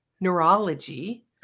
neurology